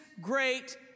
great